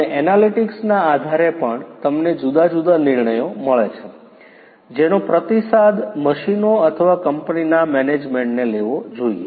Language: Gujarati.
અને એનાલિટિક્સના આધારે પણ તમને જુદા જુદા નિર્ણયો મળે છે જેનો પ્રતિસાદ મશીનો અથવા કંપનીના મેનેજમેન્ટને લેવો જોઈએ